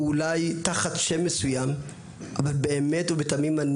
הוא אולי תחת שם מסוים אבל באמת ובתמים אני